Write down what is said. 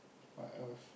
what else